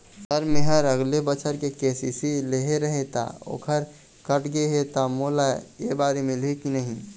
Sir मेहर अगले बछर के.सी.सी लेहे रहें ता ओहर कट गे हे ता मोला एबारी मिलही की नहीं?